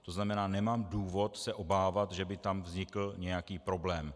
To znamená, nemám důvod se obávat, že by tam vznikl nějaký problém.